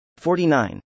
49